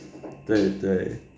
对对